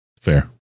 fair